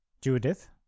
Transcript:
Judith